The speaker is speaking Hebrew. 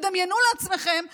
תדמיינו לעצמכם שאתם,